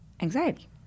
anxiety